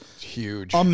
Huge